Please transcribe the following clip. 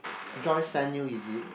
Joyce sent you is it